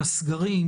תחלואה.